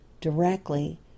directly